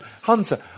Hunter